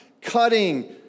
cutting